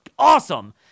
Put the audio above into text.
awesome